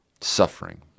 suffering